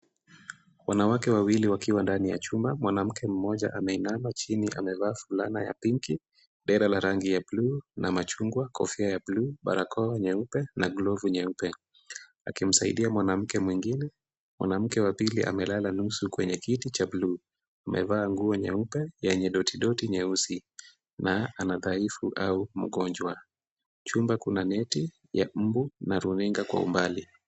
Wanawake wawili wakiwa ndani ya chumba, mwanamke mmoja ameinama chini amevaa fulana ya pinki, dera la rangi ya bluu na machungwa, kofia ya bluu, barakoa nyeupe na glovu nyeupe. Akimsaidia mwanamke mwingine. Mwanamke wa pili amelala nusu kwenye kiti cha bluu. Amevaa nguo nyeupe yenye dotidoti nyeusi na ana udhaifu au mgonjwa. Chumba kuna neti ya mbu na runinga kwa umbali.